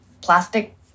plastic